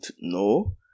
no